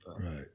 right